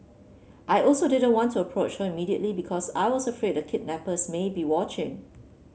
I also didn't want to approach her immediately because I was afraid the kidnappers may be watching